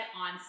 on